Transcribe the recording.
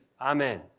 Amen